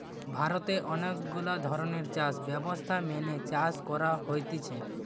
ভারতে অনেক গুলা ধরণের চাষ ব্যবস্থা মেনে চাষ করা হতিছে